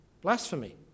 blasphemy